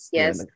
yes